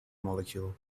molecule